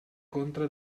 contra